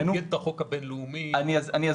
זה